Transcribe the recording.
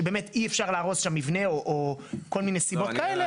שבאמת אי אפשר להרוס שם מבנה או כל מיני סיבות כאלה.